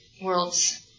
worlds